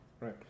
Right